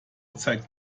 zeigt